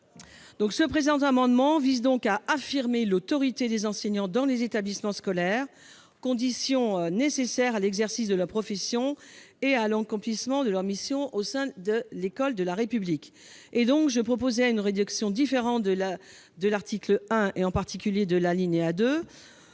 Le présent amendement vise donc à affirmer l'autorité des enseignants dans les établissements scolaires, condition nécessaire à l'exercice de la profession et à l'accomplissement de leurs missions au sein de l'école de la République. Je propose une rédaction différente de l'alinéa 2 de l'article 1, en